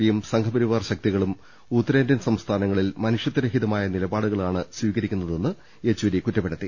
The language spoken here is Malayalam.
പിയും സംഘ്പരിവാർ ശക്തി കളും ഉത്തരേന്ത്യൻ സംസ്ഥാനങ്ങളിൽ മനുഷ്യത്വ രഹിതമായ നിലപാടുകളാണ് സ്വീകരിക്കുന്നതെന്ന് സീതാറാം യെച്ചൂരി കുറ്റ പ്പെടുത്തി